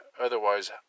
Otherwise